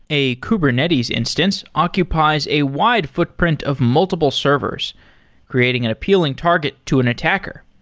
a kubernetes instance occupies a wide footprint of multiple servers creating an appealing target to an attacker,